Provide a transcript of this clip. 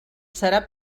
serà